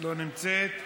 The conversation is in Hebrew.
לא נמצאת,